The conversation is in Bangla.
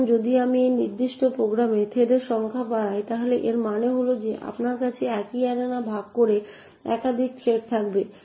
এখন যদি আমি সেই নির্দিষ্ট প্রোগ্রামে থ্রেডের সংখ্যা বাড়াই তাহলে এর মানে হল যে আপনার কাছে একই অ্যারেনা ভাগ করে একাধিক থ্রেড থাকবে